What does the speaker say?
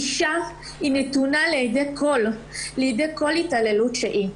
אישה נתונה לידי כל התעללות שהיא.